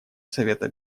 совета